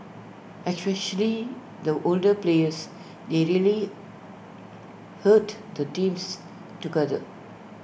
especially the older players they really held the teams together